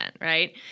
right